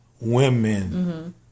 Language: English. women